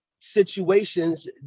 situations